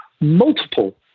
multiple